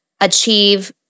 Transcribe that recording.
achieve